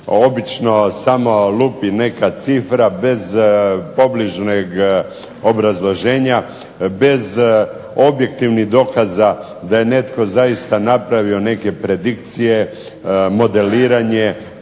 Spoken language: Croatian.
obično samo lupi neka cifra bez pobližnjeg obrazloženja, bez objektivnih dokaza da je netko zaista napravio neke predikcije, modeliranje,